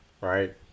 Right